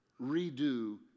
redo